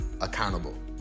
accountable